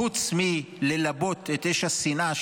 חוץ מללבות את אש השנאה,